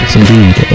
indeed